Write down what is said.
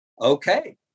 Okay